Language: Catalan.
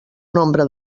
nombre